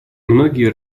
многие